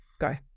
Go